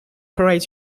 correct